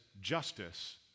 justice